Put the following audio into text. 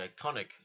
iconic